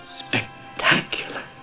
spectacular